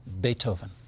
Beethoven